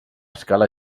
escala